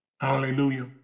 Hallelujah